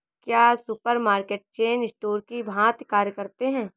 क्या supermarket chain store की भांति कार्य करते हैं?